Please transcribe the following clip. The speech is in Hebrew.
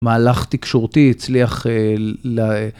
מהלך תקשורתי הצליח ל...